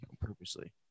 purposely